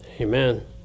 Amen